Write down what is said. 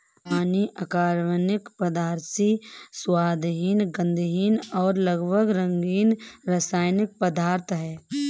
पानी अकार्बनिक, पारदर्शी, स्वादहीन, गंधहीन और लगभग रंगहीन रासायनिक पदार्थ है